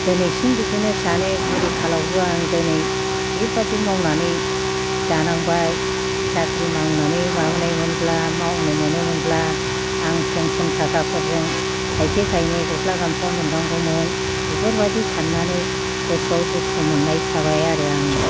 दिनैसिम बिदिनो सानो बुरै खालावबो आं दिनै बिबादि मावनानै जानांबाय साख्रि मावनानै माबानाय मोनब्ला मावनो मोनोमोनब्ला आं पेन्सन थाखाफोरजों थाइसे थाइनै गस्ला गामसा मोनगानगौमोन बेफोरबादि साननानै गोसोयाव दुखु मोननाय थाबाय आरो आंनाव